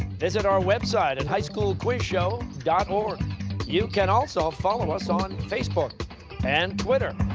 visit our website at highschoolquizshow. you can also follow us on facebook and twitter.